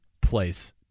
place